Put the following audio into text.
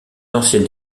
ancienne